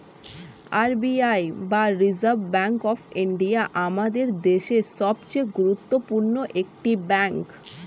R B I বা reserve bank of India আমাদের দেশের সবচেয়ে গুরুত্বপূর্ণ একটি ব্যাঙ্ক